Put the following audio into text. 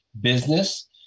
business